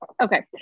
Okay